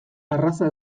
arraza